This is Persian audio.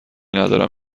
ندارم